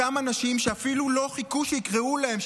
אותם אנשים שאפילו לא חיכו שיקראו להם,